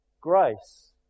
grace